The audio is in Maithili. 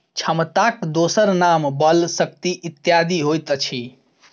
क्षमताक दोसर नाम बल, शक्ति इत्यादि होइत अछि